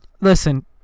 listen